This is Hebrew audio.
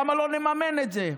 למה לא לממן את זה?